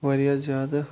واریاہ زیادٕ